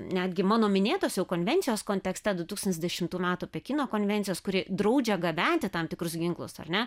netgi mano minėtos jau konvencijos kontekste du tūkstantis dešimtų metų pekino konvencijos kuri draudžia gabenti tam tikrus ginklus ar ne